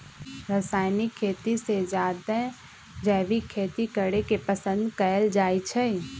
रासायनिक खेती से जादे जैविक खेती करे के पसंद कएल जाई छई